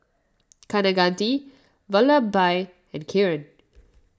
Kaneganti Vallabhbhai and Kiran